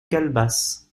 galbas